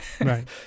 Right